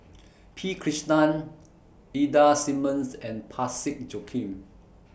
P Krishnan Ida Simmons and Parsick Joaquim